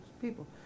people